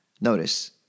Notice